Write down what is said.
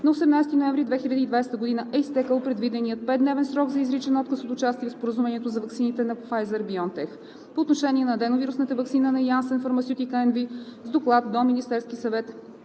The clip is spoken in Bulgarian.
На 18 ноември 2020 г. е изтекъл предвиденият 5-дневен срок за изричен отказ от участие в Споразумението за ваксината на Pfizer – Biontech. По отношение на аденовирусната ваксина на Janssen Pharmaceutica NV с доклад до Министерския съвет